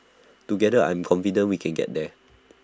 together I am confident we can get there